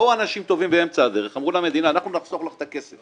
באו אנשים טובים באמצע הדרך ואמרו למדינה שהם יחסכו לה את הכסף